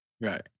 Right